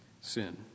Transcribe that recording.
sin